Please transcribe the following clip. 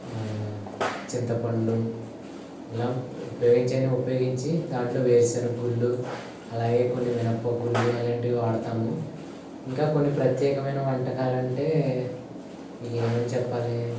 చింతపండు ఇలా ఉపయోగించేయాన్నీ ఉపయోగించి దాంట్లో వేరుసెనగగుళ్ళు అలాగే కొన్ని మినప్పప్పు గుళ్ళు అలాంటివి వాడతాము ఇంకా కొన్ని ప్రత్యేకమైన వంటకాలు అంటే మీకు ఏమని చెప్పాలి